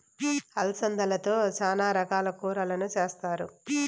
అలసందలతో చానా రకాల కూరలను చేస్తారు